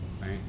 Right